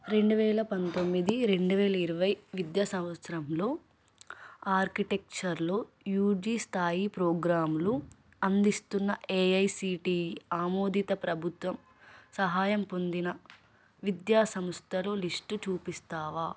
రెండు వేల పంతొమ్మిది రెండు వేల ఇరవై విద్యా సంవత్సరంలో ఆర్కిటెక్చర్లో యూజీ స్థాయి ప్రోగ్రాంలు అందిస్తున్న ఏఐసిటి ఆమోదిత ప్రభుత్వం సహాయం పొందిన విద్యా సంస్థలు లిస్టు చూపిస్తావా